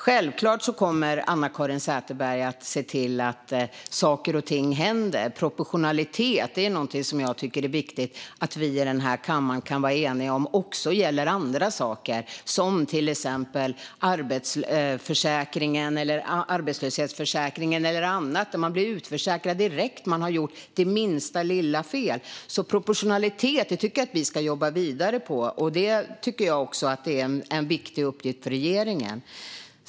Självklart kommer Anna-Caren Sätherberg att se till att saker och ting händer. Proportionalitet är något som det är viktigt att vi kan vara eniga om i den här kammaren också när det gäller andra saker, till exempel arbetslöshetsförsäkringen eller annat. Där kan man bli utförsäkrad direkt om man har gjort minsta lilla fel. Jag tycker alltså att vi ska jobba vidare med proportionalitet. Det är också en viktig uppgift för regeringen.